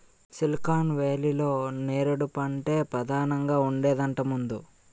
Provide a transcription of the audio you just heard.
silicon వేలీలో నేరేడు పంటే పదానంగా ఉండేదట ముందు